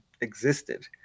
existed